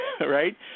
right